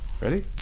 Ready